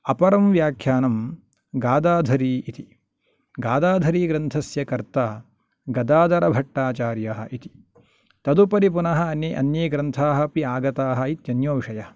अपरं व्याख्यानं गादाधरि इति गादाधरिग्रन्थस्य कर्ता गदाधरभट्टाचार्यः इति तदुपरि पुनः अन्ये अन्ये ग्रन्थाः अपि आगतः इत्यन्यो विषयः